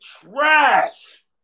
trash